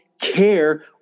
care